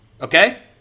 okay